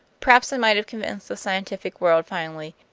perhaps i might have convinced the scientific world finally,